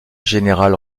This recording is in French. general